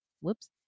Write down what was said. Whoops